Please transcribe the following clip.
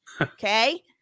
Okay